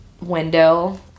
window